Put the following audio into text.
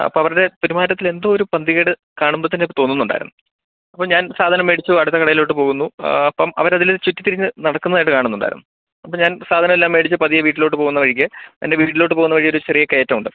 അപ്പം അവരുടെ പെരുമാറ്റത്തിൽ എന്തോ ഒരു പന്തികേട് കാണുമ്പോൾ തന്നെ തോന്നുന്നുണ്ടായിരുന്നു അപ്പം ഞാൻ സാധനം മേടിച്ചു അടുത്ത കടയിലോട്ട് പോകുന്നു അപ്പം അവർ അതിലേ ചുറ്റിത്തിരിഞ്ഞ് നടക്കുന്നതായിട്ട് കാണുന്നുണ്ടായിരുന്നു അപ്പം ഞാൻ സാധനം എല്ലാം മേടിച്ച് പതിയേ വീട്ടിലോട്ട് പോകുന്ന വഴിക്ക് എൻ്റെ വീട്ടിലോട്ട് പോകുന്ന വഴിയിൽ ഒരു ചെറിയ കയറ്റമുണ്ട്